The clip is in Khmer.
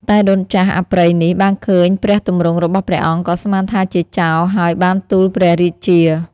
តែដូនចាស់អប្រិយនេះ បានឃើញព្រះទម្រង់របស់ព្រះអង្គ ក៏ស្មានថាជាចោរ ហើយបានទូលព្រះរាជា។